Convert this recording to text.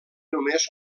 només